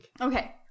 okay